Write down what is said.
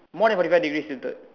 more than forty five degrees tilted